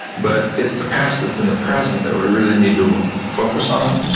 but it's the past that's in the present that we really need to focus on.